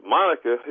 Monica